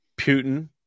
Putin